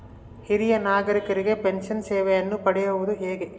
ಹಿರಿಯ ನಾಗರಿಕರಿಗೆ ಪೆನ್ಷನ್ ಸೇವೆಯನ್ನು ಪಡೆಯುವುದು ಹೇಗೆ?